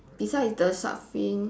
besides the shark fin